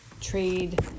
trade